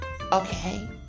okay